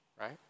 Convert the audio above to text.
right